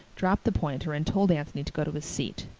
dropped the pointer and told anthony to go to his seat.